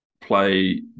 play